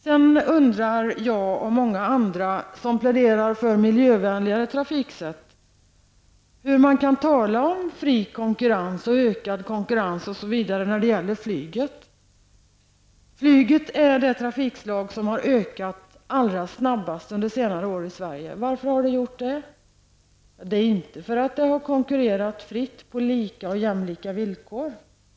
Sedan undar jag och många andra som pläderar för miljövänligare trafikslag hur man kan tala om en fri och ökad konkurrens t.ex. när det gäller flyget. Flyget är ju det trafikslag som under senare år har ökat allra snabbast i omfattning här i Sverige. Varför har det blivit så? Ja, orsaken är inte att flyget har konkurrerat fritt på lika eller jämlika villkor.